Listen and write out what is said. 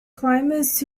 climbers